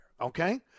okay